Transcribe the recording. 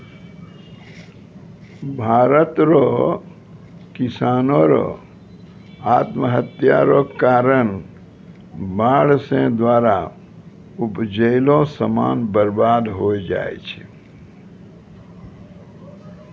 भारत रो किसानो रो आत्महत्या रो कारण बाढ़ रो द्वारा उपजैलो समान बर्बाद होय जाय छै